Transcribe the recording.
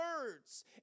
words